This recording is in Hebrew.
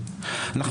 לקהילה.